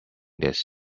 this